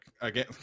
Again